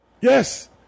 Yes